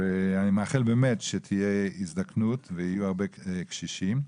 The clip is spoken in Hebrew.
ואני מאחל שתהיה הזדקנות ושיהיו הרבה קשישים.